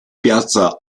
piazza